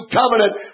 covenant